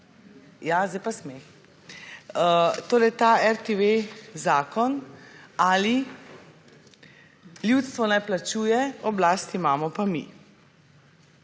Ja, zdaj pa smeh. Torej ta RTV zakon ali ljudstvo naj plačuje, oblast imamo pa mi.